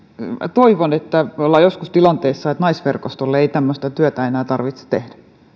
toivon että me olemme joskus tilanteessa että naisverkoston ei tämmöistä työtä enää tarvitse tehdä